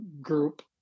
group